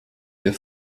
der